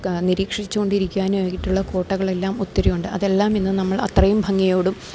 നിരീക്ഷിച്ചു കൊണ്ടിരിക്കാനുവായിട്ടുള്ള കോട്ടകളെല്ലാം ഒത്തിരി ഉണ്ട് അതെല്ലാം ഇന്ന് നമ്മൾ അത്രയും ഭംഗിയോടും